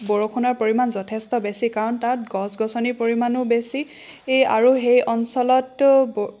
বৰষুণৰ পৰিমাণ যথেষ্ট বেছি কাৰণ তাত গছ গছনিৰ পৰিমাণো বেছি আৰু সেই অঞ্চলত